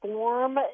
form